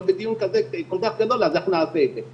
לא בדיון כל כך גדול אז אנחנו נעשה את זה.